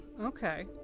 Okay